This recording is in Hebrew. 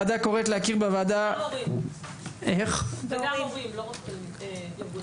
גם הורים לא רק ארגונים.